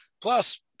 Plus